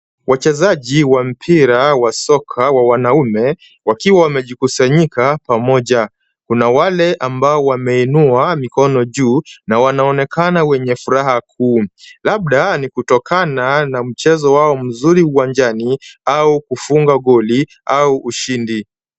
Wachezaji wa mpira wa soka wa wanaume wakiwa wamejikusanyika pamoja. Kuna wale ambao wameinua mikono juu na wanaonekana wenye furaha kuu labda ni kutokana na mchezo wao mzuri uwanjani, au kufunga goli au ushindi.